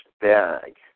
bag